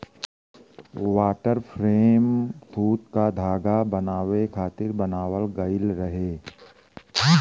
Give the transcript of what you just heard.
water frame सूत क धागा बनावे खातिर बनावल गइल रहे